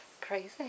Crazy